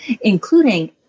including